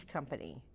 Company